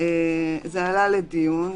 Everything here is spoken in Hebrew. זה עלה לדיון.